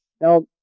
Now